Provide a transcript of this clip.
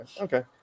okay